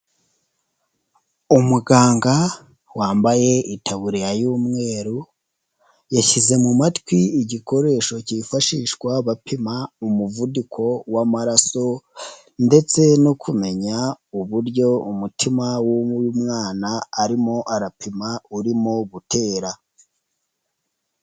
Umuganga wambaye itaburiya y'umweru, yashyize mu matwi igikoresho kifashishwa bapima umuvuduko w'amaraso, ndetse no kumenya uburyo umutima w'umwana arimo arapima urimo gutera.